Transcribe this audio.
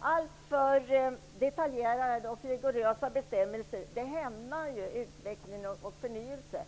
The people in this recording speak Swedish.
alltför detaljerade och rigorösa bestämmelser hämmar utveckling och förnyelse.